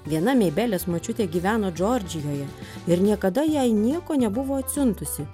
viena meibelės močiutė gyveno džordžijoje ir niekada jai nieko nebuvo atsiuntusi